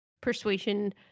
persuasion